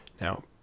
Now